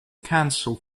cancel